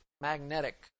magnetic